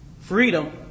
freedom